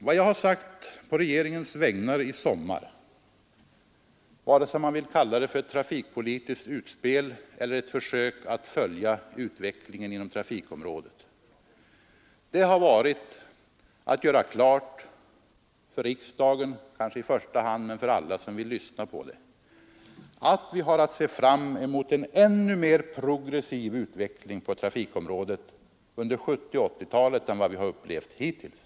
Vad jag har sagt på regeringens vägnar i sommar, vare sig man vill kalla det för ett trafikpolitiskt utspel eller ett försök att följa utvecklingen inom trafikområdet, har haft till syfte att göra klart kanske i första hand för riksdagen men också för alla andra som vill lyssna på det, att vi har att se fram emot en ännu mer progressiv utveckling på trafikområdet under 1970 och 1980-talen än vad vi har upplevt hittills.